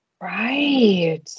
right